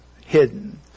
hidden